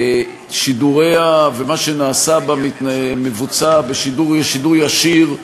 שידוריה, מה שנעשה בה משודר בשידור ישיר,